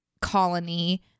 colony